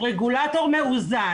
--- רגולטור מאוזן.